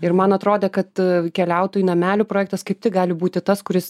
ir man atrodė kad keliautojų namelių projektas kaip tik gali būti tas kuris